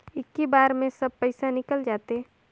इक्की बार मे सब पइसा निकल जाते?